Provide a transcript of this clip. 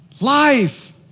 life